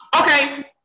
Okay